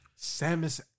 Samus